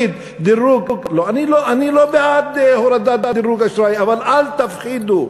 אני לא בעד הורדת דירוג האשראי, אבל אל תפחידו,